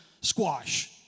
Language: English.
squash